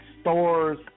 stores